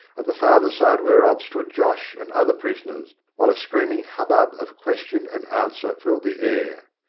at the farther side whereof stood josh and other prisoners, while a screaming hubbub of question and answer filled the air.